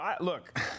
look